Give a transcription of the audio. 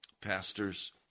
pastors